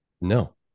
No